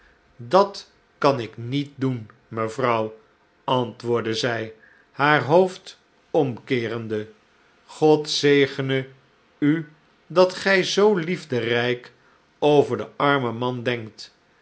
dat kan ik niet doen mevrouw antwoordde zij haar hoofd omkeerende god zegene u dat gij zoo liefderijk over den armen man denkt